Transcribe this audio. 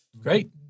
Great